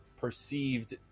perceived